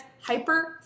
hyper